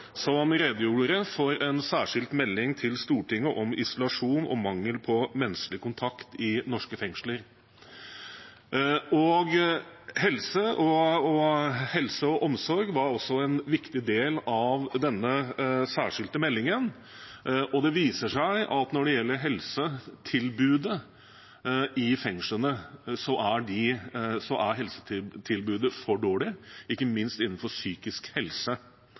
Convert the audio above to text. som redegjorde for en særskilt melding til Stortinget om isolasjon og mangel på menneskelig kontakt i norske fengsler. Helse og omsorg var også en viktig del av denne særskilte meldingen, og det viser seg at når det gjelder helsetilbudet i fengslene, er det for dårlig, ikke minst innenfor psykisk helse.